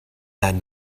that